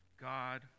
God